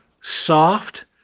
soft